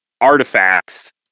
artifacts